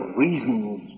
reasons